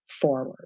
forward